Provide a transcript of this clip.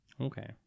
okay